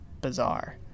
bizarre